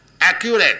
accurate